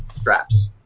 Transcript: Straps